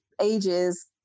ages